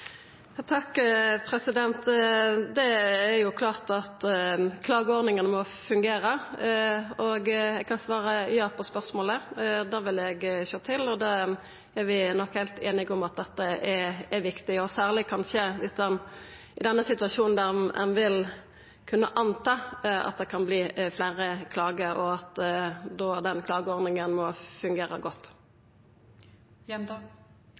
Det er klart at klageordningane må fungera, og eg kan svara ja på spørsmålet – det vil eg sjå til. Vi er nok heilt einige om at dette er viktig, og kanskje særleg i denne situasjonen, der ein vil kunna gå ut frå at det kan verta fleire klager, og at denne klageordninga da må fungera godt.